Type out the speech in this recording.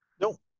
Nope